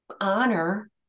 honor